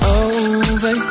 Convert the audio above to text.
over